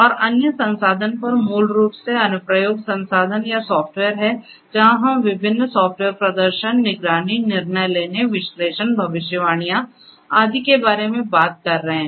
और अन्य संसाधन पर मूल रूप से अनुप्रयोग संसाधन या सॉफ़्टवेयर हैं जहां हम विभिन्न सॉफ़्टवेयर प्रदर्शन निगरानी निर्णय लेने विश्लेषण भविष्यवाणियां आदि के बारे में बात कर रहे हैं